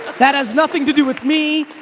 that has nothing to do with me,